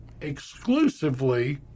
exclusively